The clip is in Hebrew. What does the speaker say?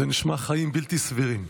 זה נשמע חיים בלתי סבירים.